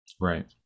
Right